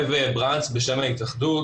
אני בשם ההתאחדות.